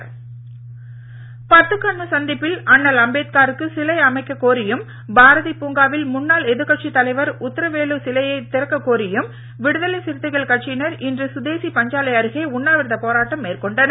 விசிக பத்துக்கண்ணு சந்திப்பில் அண்ணல் அம்பேத்காருக்கு சிலை அமைக்க கோரியும் பாரதி பூங்காவில் முன்னாள் எதிர்கட்சித் தலைவர் உத்தரவேலு சிலையை திறக்க கோரியும் விடுதலை சிறுத்தைகள் கட்சியினர் இன்று சுதேசி பஞ்சாலை அருகே உண்ணாவிரதப் போராட்டம் மேற்கொண்டனர்